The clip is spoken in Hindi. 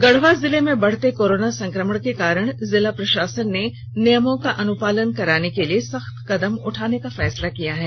गढवा जिले में बढते कोरोना संक्रमण के कारण जिला प्रशासन ने नियमों का अनुपालन कराना के लिए सख्त कदम उठाने का फैसला किया है